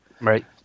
Right